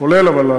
אבל כולל ערבים.